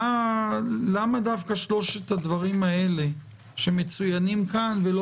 למה דווקא שלושת הדברים האלה שמצוינים כאן ולא